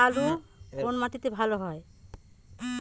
লাল আলু কোন মাটিতে ভালো হয়?